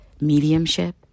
mediumship